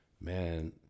Man